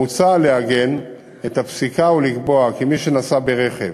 מוצע לעגן את הפסיקה ולקבוע כי מי שנסע ברכב